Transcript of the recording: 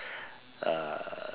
uh